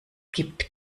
gibt